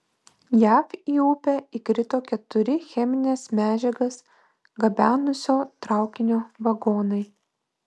jav į upę įkrito keturi chemines medžiagas gabenusio traukinio vagonai